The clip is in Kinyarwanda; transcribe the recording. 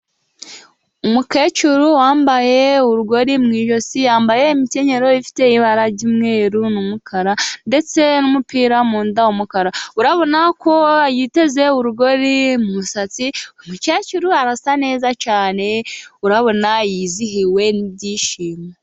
Umukecuru wambaye urugori mu ijosi, yambaye imkenyero ifite ibara ry'umweru n'umukara ndetse n'umupira munda w'umukara, urabona ko yiteze urugori mu musatsi uy'umukecuru arasa neza cyane, urabona yizihiwe n'ibyishimo.